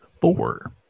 four